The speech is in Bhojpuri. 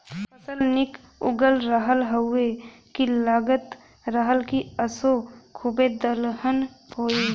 फसल निक उगल रहल हउवे की लगत रहल की असों खूबे दलहन होई